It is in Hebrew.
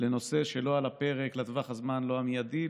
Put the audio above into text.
בנושא שלא על הפרק לטווח הזמן לא המיידי,